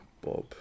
Bob